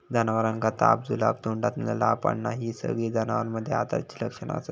जनावरांका ताप, जुलाब, तोंडातना लाळ पडना हि सगळी जनावरांमध्ये आजाराची लक्षणा असत